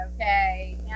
Okay